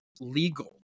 legal